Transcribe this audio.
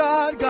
God